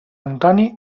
antoni